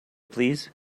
please